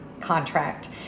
contract